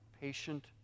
Patient